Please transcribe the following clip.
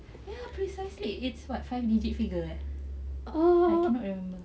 ya precisely is what five digit figure eh I don't know